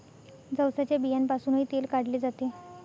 जवसाच्या बियांपासूनही तेल काढले जाते